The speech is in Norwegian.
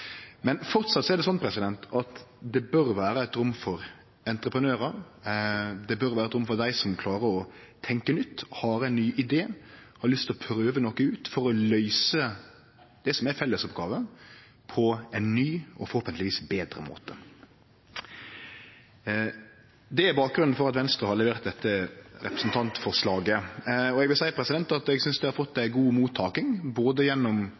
Men framleis er det slik at det bør vere rom for entreprenørar, det bør vere rom for dei som klarar å tenkje nytt, har ein ny idé, har lyst til å prøve ut noko for å løyse det som er fellesoppgåver, på ein ny og forhåpentlegvis betre måte. Det er bakgrunnen for at Venstre har levert dette representantforslaget. Eg vil seie at eg synest det har fått ei god mottaking, både gjennom